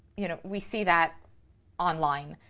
you know, we see that online.